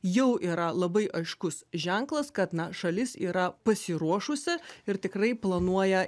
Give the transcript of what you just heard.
jau yra labai aiškus ženklas kad na šalis yra pasiruošusi ir tikrai planuoja